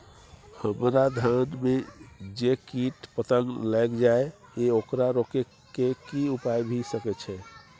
हमरा धान में जे कीट पतंग लैग जाय ये ओकरा रोके के कि उपाय भी सके छै?